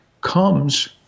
comes